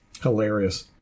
Hilarious